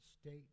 state